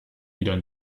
wieder